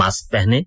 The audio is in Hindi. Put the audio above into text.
मास्क पहनें